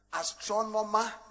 astronomer